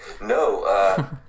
No